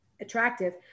attractive